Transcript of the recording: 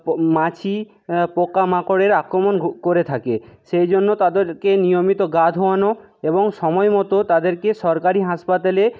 মাছি পোকামাকড়ের আক্রমণ করে থাকে সেই জন্য তাদেরকে নিয়মিত গা ধোয়ানো এবং সময়মতো তাদেরকে সরকারি হাসপাতালে